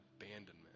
abandonment